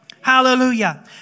Hallelujah